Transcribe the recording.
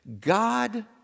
God